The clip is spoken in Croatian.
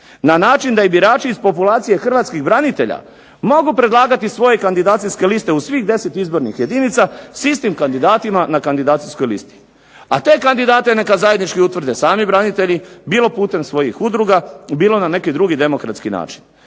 na način da i birači iz populacije hrvatskih branitelja mogu predlagati svoje kandidacijske liste u svih 10 izbornih jedinica, s istim kandidatima na kandidacijskoj listi. A te kandidate neka zajednički utvrde sami branitelji bilo putem svojih u druga, bilo na neki drugi demokratski način